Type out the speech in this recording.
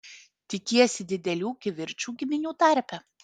tikiesi didelių kivirčų giminių tarpe